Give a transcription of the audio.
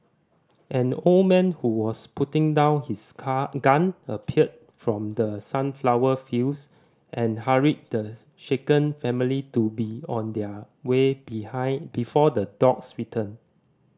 an old man who was putting down his car gun appeared from the sunflower fields and hurried the shaken family to be on their way be before the dogs return